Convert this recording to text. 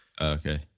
Okay